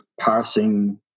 parsing